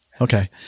Okay